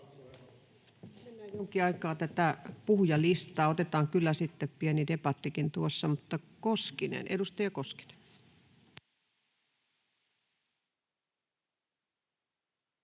Mennään jonkin aikaa tätä puhujalistaa, otetaan kyllä sitten pieni debattikin tuossa. — Edustaja Koskinen.